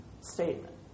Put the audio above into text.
statement